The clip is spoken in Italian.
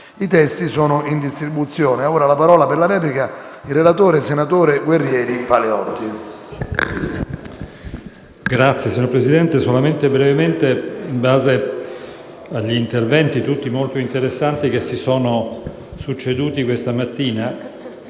I testi sono in distribuzione.